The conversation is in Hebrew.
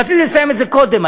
רציתי לסיים את זה קודם,